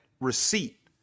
receipt